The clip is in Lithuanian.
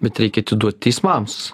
bet reikia atiduot teismams